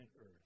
earth